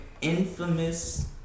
infamous